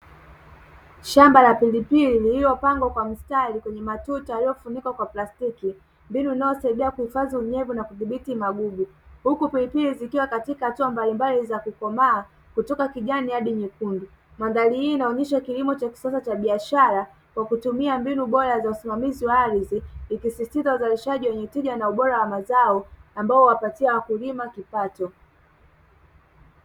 Shamba la pilipi iliyopandwa kwa mstari kwenye matuta yaliyofunikwa kwa plastiki, mbinu inaosaidia kuhifadhi unyevu na kudhibiti magugu. Huku pilipili zikiwa katika hatua mbalimbali za kukomaa, kutoka kijani hadi nyekundu. Mandhari hii inaonesha kilimo cha kisasa cha biashara kwa kutumia mbinu bora za usimamizi wa ardhi, ikisisitiza uzalishaji wenye tija na ubora wa mazao ambao huwapatia wakulima kipato.